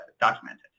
documented